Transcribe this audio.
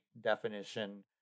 definition